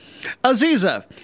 Aziza